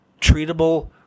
treatable